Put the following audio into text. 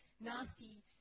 nasty